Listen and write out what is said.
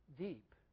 deep